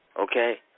okay